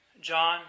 John